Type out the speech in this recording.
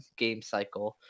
GameCycle